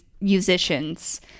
musicians